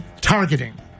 targeting